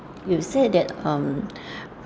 you said that um